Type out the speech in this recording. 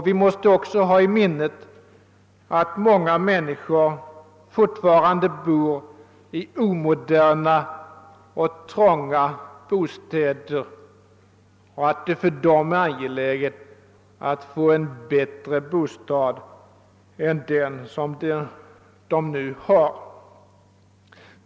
Vi måste också ha i minnet att många människor fortfarande bor i omoderna och trånga bostäder och att det för dem är angeläget att få en bättre bostad än den som de nu har.